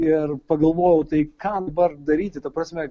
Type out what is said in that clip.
ir pagalvojau tai ką dabar daryti ta prasme